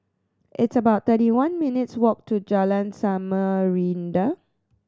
it's about thirty one minutes' walk to Jalan Samarinda